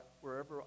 wherever